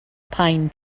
pine